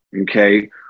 okay